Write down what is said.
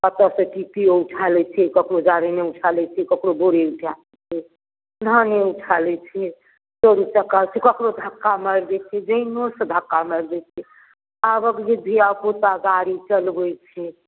कतऽ सँ कि केओ ऊठा लै छै ककरो जारने ऊठा लै छै ककरो बोरे ऊठा लै छै धाने ऊठा लै छै चोर ऊचक्का छै ककरो धक्का मारि दै छै जानोसँ धक्का मारि दै छै आबक जे धिआपुता गाड़ी चलबैत छै